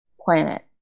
planet